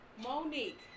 Monique